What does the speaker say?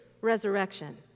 resurrection